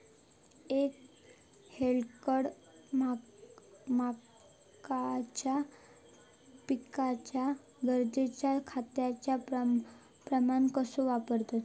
एक हेक्टर मक्याच्या पिकांका गरजेच्या खतांचो प्रमाण कसो वापरतत?